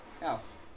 house